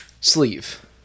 sleeve